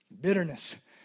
Bitterness